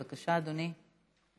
בבקשה, אדוני.